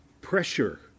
pressure